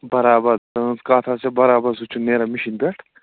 برابر تُہٕنٛز کَتھ حظ چھِ برابر سُہ چھُنہٕ نیران مِشیٖنہِ پٮ۪ٹھ